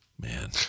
man